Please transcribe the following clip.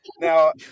Now